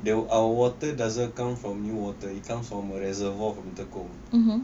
the our water doesn't come from new water it comes from a reservoir from tekong